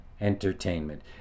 entertainment